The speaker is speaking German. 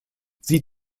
sie